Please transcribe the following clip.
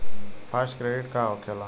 Fast credit का होखेला?